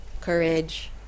courage